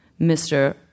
Mr